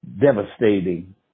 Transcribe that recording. devastating